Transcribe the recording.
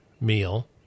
meal